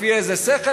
לפי איזה שכל?